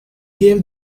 gave